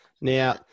Now